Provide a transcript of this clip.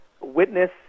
Witness